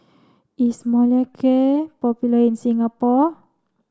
is Molicare popular in Singapore